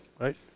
Right